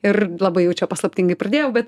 ir labai jau čia paslaptingai pradėjau bet